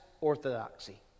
orthodoxy